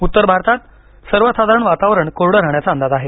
उत्तर भारतात सर्वसाधारण वातावरण कोरडे राहण्याचा अंदाज आहे